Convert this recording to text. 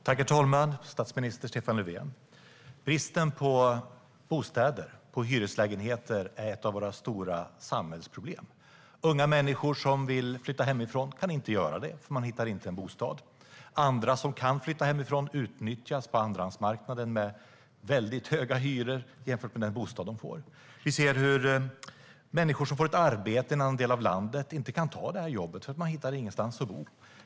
Herr talman! Statsminister Stefan Löfven! Bristen på bostäder och hyreslägenheter är ett av våra stora samhällsproblem. Unga människor som vill flytta hemifrån kan inte göra det eftersom de inte hittar en bostad. Andra som kan flytta hemifrån utnyttjas på andrahandsmarknaden med väldigt höga hyror jämfört med den bostad de får. Vi ser hur människor som får ett arbete i en annan del av landet inte kan ta jobbet för att de inte hittar någonstans att bo.